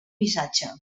missatge